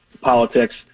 politics